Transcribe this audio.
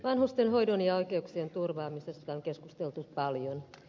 vanhustenhoidon ja oikeuksien turvaamisesta on keskusteltu paljon